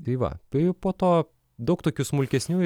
tai va tai po to daug tokių smulkesnių